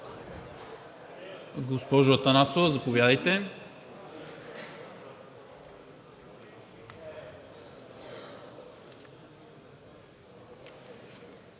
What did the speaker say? Госпожо Атанасова, заповядайте.